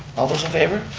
all those in favor?